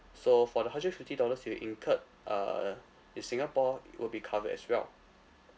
so for the hundred and fifty dollars you incurred uh in singapore it will be covered as well